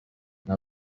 nta